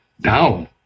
down